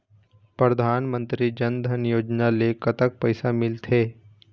परधानमंतरी जन धन योजना ले कतक पैसा मिल थे?